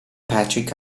patrick